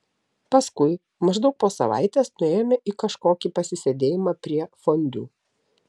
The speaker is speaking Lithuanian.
paskui maždaug po savaitės nuėjome į kažkokį pasisėdėjimą prie fondiu